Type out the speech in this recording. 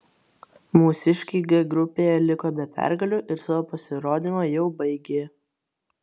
mūsiškiai g grupėje liko be pergalių ir savo pasirodymą jau baigė